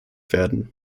werden